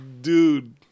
dude